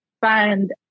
find